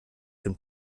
dem